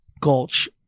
Gulch